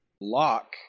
Lock